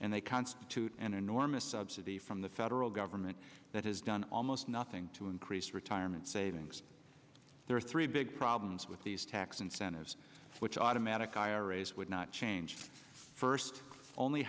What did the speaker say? and they constitute an enormous subsidy from the federal government that has done almost nothing to increase retirement savings there are three big problems with these tax incentives which automatic iras would not change first only